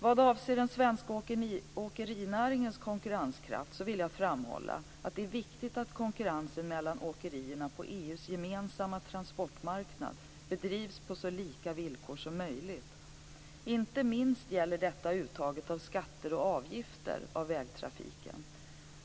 Vad avser den svenska åkerinäringens konkurrenskraft vill jag framhålla att det är viktigt att konkurrensen mellan åkerierna på EU:s gemensamma transportmarknad bedrivs på så lika villkor som möjligt. Inte minst gäller detta uttaget av skatter och avgifter av vägtrafiken.